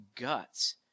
guts